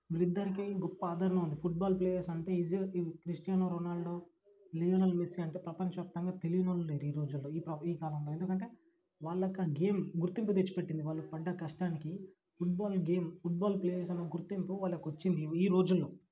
వీళ్ళిద్దరికి గొప్ప ఆదరణ ఉంది ఫుట్బాల్ ప్లేయర్స్ అంటే ఈజీగా క్రిస్టియనో రోనాల్డో లియోనల్ మెస్సీ అంటే ప్రపంచ వ్యాప్తంగా తెలియనోళ్ళు లేరు ఈరోజుల్లో ఈ కాలంలో ఎందుకంటే వాళ్ళకా గేమ్ గుర్తింపు తెచ్చిపెట్టింది వాళ్ళు పడ్డ కష్టానికి ఫుట్బాల్ గేమ్ ఫుట్బాల్ ప్లేయర్స్ అన్న గుర్తింపు వాళ్ళకొచ్చింది ఈరోజుల్లో